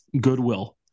goodwill